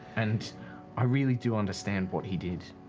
and i really do understand what he did.